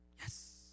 Yes